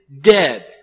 dead